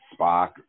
spock